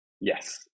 Yes